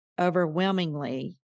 overwhelmingly